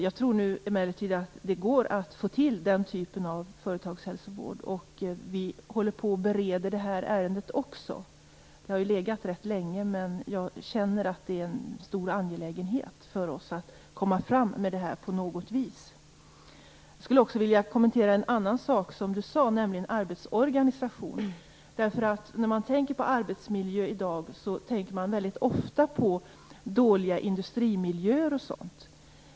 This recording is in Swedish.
Jag tror emellertid att det går att få till stånd den typen av företagshälsovård. Detta ärende bereds också i regeringskansliet. Det har ju legat rätt länge, men jag känner att det är mycket angeläget för oss att på något vis komma fram i frågan. Jag skulle också vilja kommentera en annan fråga som Ann-Kristine Johansson tog upp, nämligen arbetsorganisationen. När man tänker på arbetsmiljö i dag tänker man väldigt ofta på dåliga industrimiljöer och liknande.